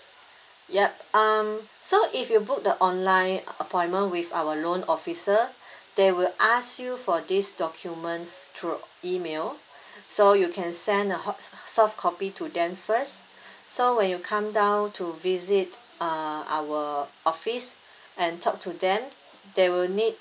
yup um so if you book the online appointment with our loan officer they will ask you for this document through email so you can send a soft copy to them first so when you come down to visit uh our office and talk to them they will need